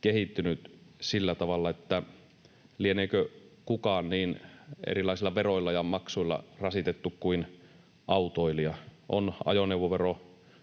kehittynyt sillä tavalla, että lieneekö kukaan niin erilaisilla veroilla ja maksuilla rasitettu kuin autoilija: on ajoneuvovero,